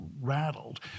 rattled